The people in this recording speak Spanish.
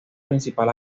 principal